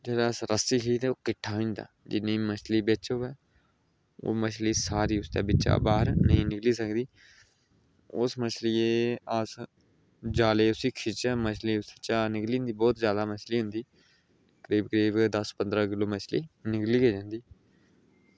ते ओह् रस्सी ही ते ओह्दे कन्नै किट्ठा होई जंदा जि्न्नी बी मच्छली बिच्च होऐ ओह् मच्छली सारी बिच दा बाहर नेईं निकली सकदी ते उस मच्छलियै गी अस जालै उसगी खिच्चगे ते बिच्चा निकली जंदी बहुत जादा मच्छली होंदी ते कोई दस्स पंदरां किलो मच्छली निकली गै जंदी